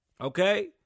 Okay